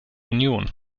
union